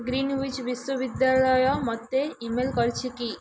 green which ବିଶ୍ୱବିଦ୍ୟାଳୟ ମୋତେ email କରିଛି କି